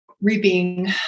reaping